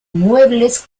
muebles